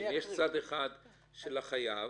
יש צד אחד של החייב,